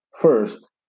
first